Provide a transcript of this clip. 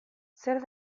zer